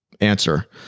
answer